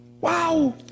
Wow